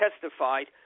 testified